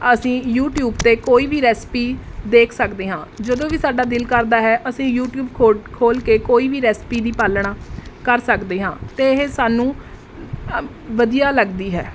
ਅਸੀਂ ਯੂਟਿਊਬ 'ਤੇ ਕੋਈ ਵੀ ਰੈਸਪੀ ਦੇਖ ਸਕਦੇ ਹਾਂ ਜਦੋਂ ਵੀ ਸਾਡਾ ਦਿਲ ਕਰਦਾ ਹੈ ਅਸੀਂ ਯੂਟਿਊਬ ਖੋ ਖੋਲ੍ਹ ਕੇ ਕੋਈ ਵੀ ਰੈਸਪੀ ਦੀ ਪਾਲਣਾ ਕਰ ਸਕਦੇ ਹਾਂ ਅਤੇ ਇਹ ਸਾਨੂੰ ਵਧੀਆ ਲੱਗਦੀ ਹੈ